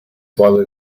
widely